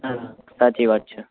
ના ના સાચી વાત છે